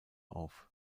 auf